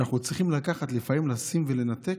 שאנחנו צריכים לפעמים לקחת, לשים ולנתק,